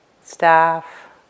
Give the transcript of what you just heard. staff